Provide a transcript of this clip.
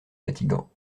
fatigants